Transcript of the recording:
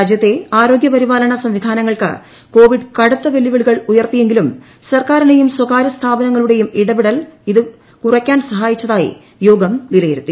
രാജ്യത്തെ ആരോഗൃപരിപാലന സംവിധാനങ്ങൾക്ക് കോവിഡ് കടുത്ത വെല്ലുവിളികൾ ഉയർത്തിയെങ്കിലും സർക്കാരിനെയും സ്ഥാപകർ സ്ഥാപനങ്ങളുടെയും ഇടപെടൽ ഇത് കുറയ്ക്കാൻ സഹായിച്ചതായി യോഗം വിലയിരുത്തി